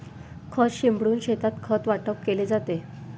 खत शिंपडून शेतात खत वाटप केले जाते